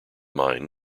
mine